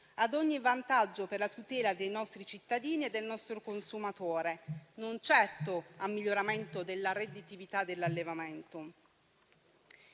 ad ogni vantaggio e per la tutela dei nostri cittadini e dei nostri consumatori, non certo a miglioramento della redditività dell'allevamento.